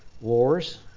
wars